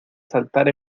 saltar